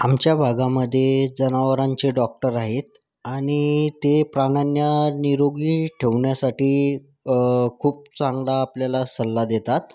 आमच्या भागामधे जनावरांचे डॉक्टर आहेत आणि ते प्राण्यांना निरोगी ठेवण्यासाठी खूप चांगला आपल्याला सल्ला देतात